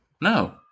no